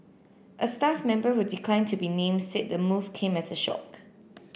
a staff member who declined to be named said the move came as a shock